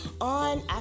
on